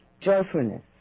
joyfulness